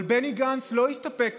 אבל בני גנץ לא הסתפק